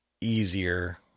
easier